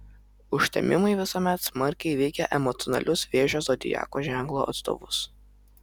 užtemimai visuomet smarkiai veikia emocionalius vėžio zodiako ženklo atstovus